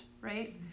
right